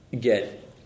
get